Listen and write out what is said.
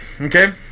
okay